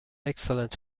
excellent